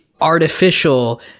artificial